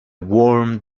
warm